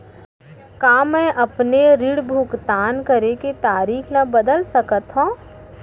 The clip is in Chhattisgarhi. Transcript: का मैं अपने ऋण भुगतान करे के तारीक ल बदल सकत हो?